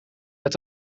uit